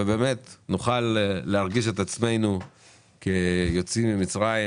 ובאמת נוכל להרגיש את עצמנו כיוצאים ממצרים